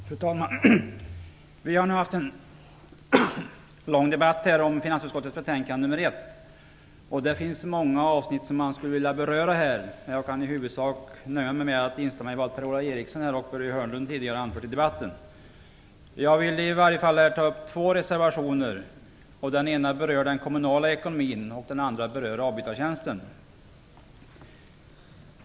Fru talman! Vi har nu haft en lång debatt om finansutskottets betänkande nr 1. Det finns många avsnitt som jag skulle vilja beröra, men jag kan i huvudsak nöja mig med att instämma i vad Per-Ola Eriksson och Börje Hörnlund tidigare har anfört i debatten. Jag vill ta upp två reservationer. Den ena handlar om den kommunala ekonomin. Den andra handlar om avbytartjänsten.